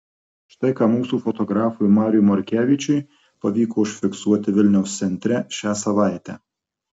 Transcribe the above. štai ką mūsų fotografui mariui morkevičiui pavyko užfiksuoti vilniaus centre šią savaitę